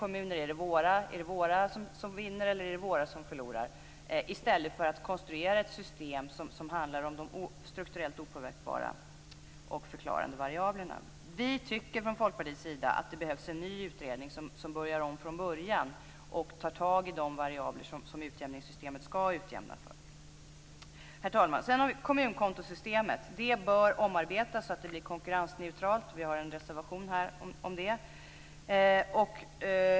Man tittar på om ens kommuner vinner eller förlorar. Det här gör man i stället för att konstruera ett system som handlar om de strukturellt opåverkbara och förklarande variablerna. Vi tycker från Folkpartiets sida att det behövs en ny utredning som börjar om från början och tar tag i de variabler som utjämningssystemet ska utjämna för. Herr talman! Sedan har vi kommunkontosystemet. Det bör omarbetas så att det blir konkurrensneutralt. Vi har en reservation om det.